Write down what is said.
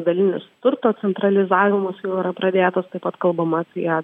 dalinis turto centralizavimas jau yra pradėtas taip pat kalbama apie